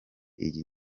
iyi